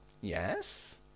Yes